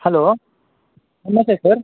hello namaste sir